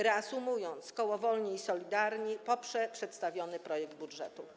Reasumując, koło Wolni i Solidarni poprze przedstawiony projekt budżetu.